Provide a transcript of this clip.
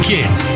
Kids